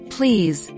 Please